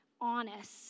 honest